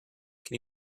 can